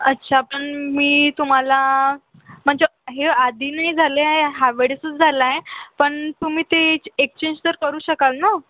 अच्छा पण मी तुम्हाला म्हणजे हे आधी नाही झाले ह्यावेळेसच झाला आहे पण तुम्ही ते एक्सचेंज तर करू शकाल ना